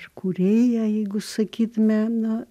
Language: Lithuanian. kūrėjai jeigu sakytume na